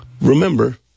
remember